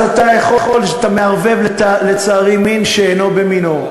אז אתה יכול, אתה מערבב, לצערי, מין שאינו במינו.